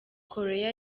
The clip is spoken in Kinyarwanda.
korea